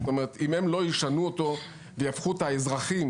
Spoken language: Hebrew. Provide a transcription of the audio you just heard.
אם הם לא ישנו אותו ויהפכו את האזרחים